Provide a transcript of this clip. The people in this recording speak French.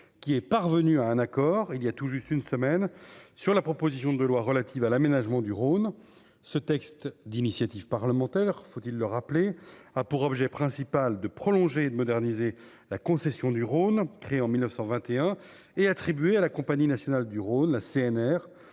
qui est parvenue à un accord, il y a tout juste une semaine sur la proposition de loi relative à l'aménagement du Rhône ce texte d'initiative parlementaire, faut-il le rappeler, a pour objet principal de prolonger de moderniser la concession du Rhône, créé en 1921 et attribué à la Compagnie nationale du Rhône, la CNR